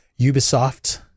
Ubisoft